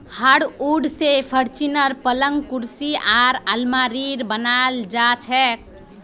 hardwood स furniture, पलंग कुर्सी आर आलमारी बनाल जा छेक